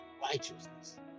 righteousness